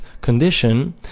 condition